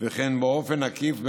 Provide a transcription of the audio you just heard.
וכן באופן עקיף,